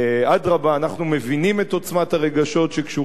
אנחנו מבינים את עוצמת הרגשות שקשורים בנושא,